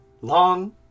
long